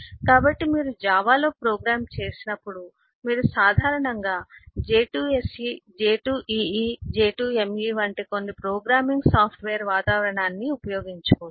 కాబట్టి మీరు జావాలో ప్రోగ్రామ్ చేసినప్పుడు మీరు సాధారణంగా j2SE j2EE j2ME వంటి కొన్ని ప్రోగ్రామింగ్ సాఫ్ట్వేర్ వాతావరణాన్ని ఉపయోగించుకుంటారు